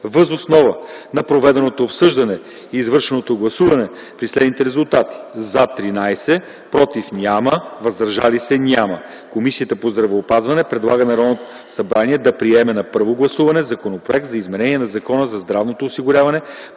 Въз основа на проведеното обсъждане и извършеното гласуване при следните резултати: „за” – 13, „против” и „въздържали се” няма, Комисията по здравеопазването предлага на Народното събрание да приеме на първо гласуване Законопроект за изменение на Закона за здравното осигуряване,